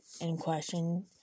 in-question